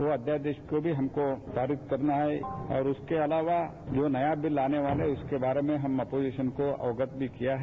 वो अध्यादेश को हमको पारित करना है और उसके अलावा जो नया बिल आने वाला है उसके बारे में हम अपोजिशन को अवगत भी किया है